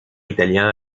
italien